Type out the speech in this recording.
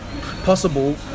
possible